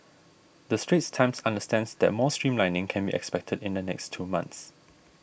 the Straits Times understands that more streamlining can be expected in the next two months